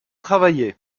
travaillé